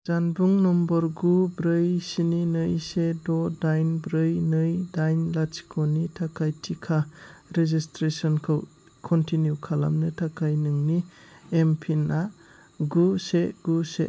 जानबुं नम्बर गु ब्रै स्नि नै से द' दाइन ब्रै नै दाइन लाथिख'नि थाखाय टिका रेजिसट्रेसनखौ कन्टिनिउ खालामनो थाखाय नोंनि एमपिनआ गु से गु से